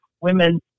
women